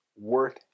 worth